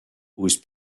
ose